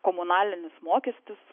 komunalinis mokestis